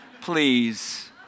Please